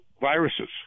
viruses